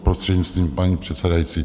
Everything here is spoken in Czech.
Prostřednictvím paní předsedající.